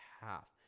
half